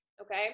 okay